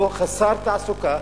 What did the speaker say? חסר תעסוקה,